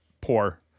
poor